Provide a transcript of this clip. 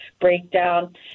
breakdown